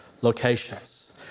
locations